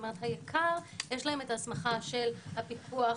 ליק"ר יש את ההסמכה של הפיקוח,